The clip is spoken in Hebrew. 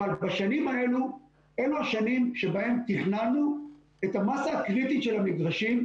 אבל אלו השנים שבהן תכננו את המסה הקריטית של המגרשים,